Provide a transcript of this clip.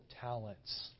talents